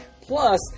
plus